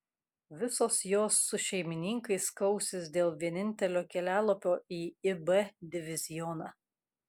visos jos su šeimininkais kausis dėl vienintelio kelialapio į ib divizioną